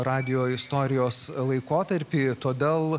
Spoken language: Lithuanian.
radijo istorijos laikotarpį todėl